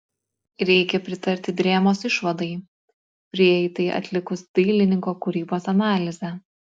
reikia pritarti drėmos išvadai prieitai atlikus dailininko kūrybos analizę